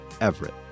Everett